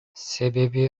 себеби